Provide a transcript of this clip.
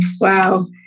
Wow